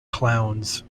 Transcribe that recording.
clowns